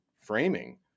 framing